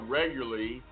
regularly